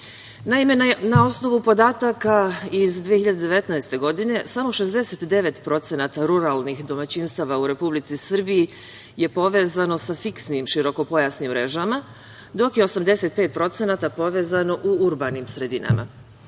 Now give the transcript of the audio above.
osnovu podataka iz 2019. godine, samo 69% ruralnih domaćinstava u Republici Srbiji je povezano za fiksnim širokopojasnim mrežama, dok je 85% povezano u urbanim sredinama.